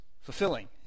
fulfilling